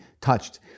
touched